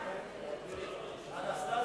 ההצעה